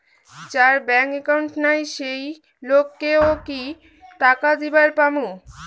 যার bank account নাই সেই লোক কে ও কি টাকা দিবার পামু?